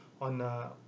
on